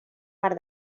per